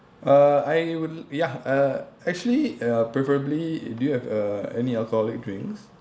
uh I would ya uh actually uh preferably do you have a any alcoholic drinks